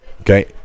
okay